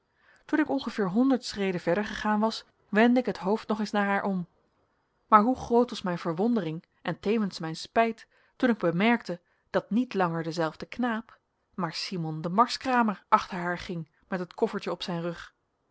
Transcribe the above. toen ik ongeveer honderd schreden verder gegaan was wendde ik het hoofd nog eens naar haar om maar hoe groot was mijn verwondering en tevens mijn spijt toen ik bemerkte dat niet langer dezelfde knaap maar simon de marskramer achter haar ging met het koffertje op zijn rug